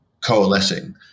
coalescing